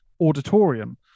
Auditorium